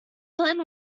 plan